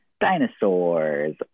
dinosaurs